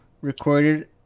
recorded